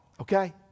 Okay